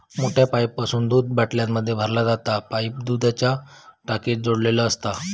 मोठ्या पाईपासून दूध बाटल्यांमध्ये भरला जाता पाईप दुधाच्या टाकीक जोडलेलो असता